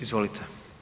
Izvolite.